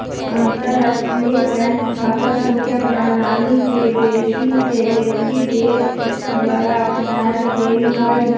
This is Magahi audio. अंतरराष्ट्रीय बैंक खता संख्या प्रणाली के बेशी से बेशी देश द्वारा अपनाएल गेल हइ